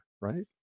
right